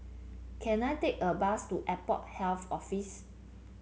can I take a bus to Airport Health Office